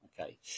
okay